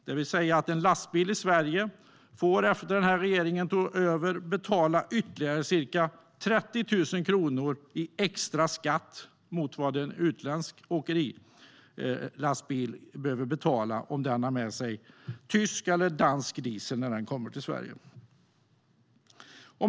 Det innebär att en lastbil i Sverige sedan den här regeringen tog över får betala ytterligare ca 30 000 kronor i extra skatt jämfört med vad en utländsk åkerilastbil behöver betala, om den har med sig tysk eller dansk diesel när den kommer till Sverige.